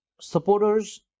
supporters